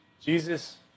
Jesus